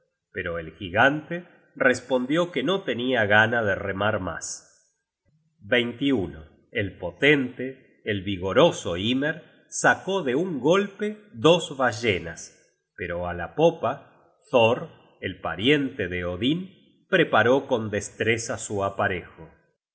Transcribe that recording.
pero el gigante respondió que no tenia gana de remar mas el potente el vigoroso hymer sacó de un golpe dos ballenas pero á la popa thor el pariente de odin preparó con destreza su aparejo y